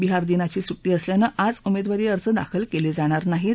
विहार दिनाची सुट्टी असल्यानं आज उमेदवारी अर्ज दाखल केले जाणार नाहीत